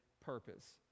purpose